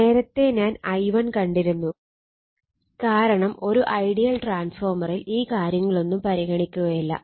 നേരത്തെ ഞാൻ I1 കണ്ടിരുന്നു കാരണം ഒരു ഐഡിയൽ ട്രാന്സ്ഫോര്മറിൽ ഈ കാര്യങ്ങളൊന്നും പരിഗണിക്കുകയില്ല